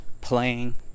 playing